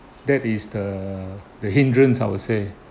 that is the the hindrance I would say